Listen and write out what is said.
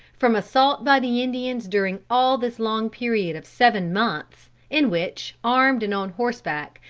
from assault by the indians during all this long period of seven months, in which, armed and on horseback,